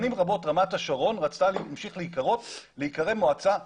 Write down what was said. שנים רבות רמת השרון רצתה להמשיך להיקרא מועצה מקומית,